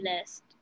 list